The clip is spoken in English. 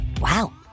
Wow